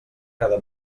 cada